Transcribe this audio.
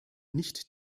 nicht